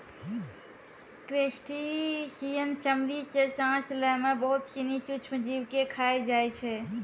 crustacean चमड़ी सें सांस लै में बहुत सिनी सूक्ष्म जीव के खाय जाय छै